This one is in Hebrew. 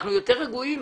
אנחנו יותר רגועים.